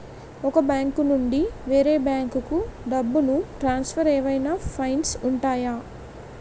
ఒక బ్యాంకు నుండి వేరే బ్యాంకుకు డబ్బును ట్రాన్సఫర్ ఏవైనా ఫైన్స్ ఉంటాయా?